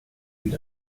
gilt